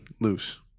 loose